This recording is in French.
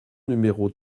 numéro